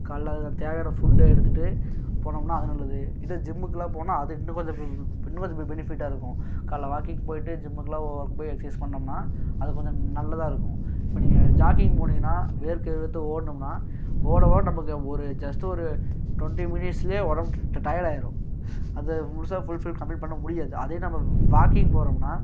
காலைல அந்த தேவையான ஃபுட்டை எடுத்துகிட்டு போனோம்னா அது நல்லது இதே ஜிம்முக்கெலாம் போனால் அது இன்னும் கொஞ்சம் இன்னும் கொஞ்சம் பெ பெனிஃபிட்டாக இருக்கும் காலையில் வாக்கிங் போயிவிட்டு ஜிம்முக்கெலாம் ஒர்க் போய் எக்ஸ்சைஸ் பண்ணிணோம்னா அது கொஞ்சம் நல்லதாக இருக்கும் இப்போ நீங்கள் ஜாக்கிங் போனீங்கன்னா வேர்க்க விறுவிறுத்து ஓடுனோம்னா ஓட ஓட நமக்கு ஒரு ஜஸ்ட்டு ஒரு டொண்ட்டி மினிட்ஸில் உடம்பு டையர்ட் ஆகிரும் அது முழுசாக ஃபுல்ஃபில் கம்ப்ளீட் பண்ண முடியாது அதே நம்ம வாக்கிங் போகிறோம்னா